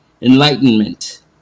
enlightenment